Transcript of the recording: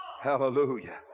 Hallelujah